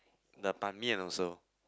the Ban-Mian also